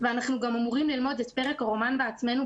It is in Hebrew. אנחנו גם אמורים ללמוד את פרק הרומן בעצמנו,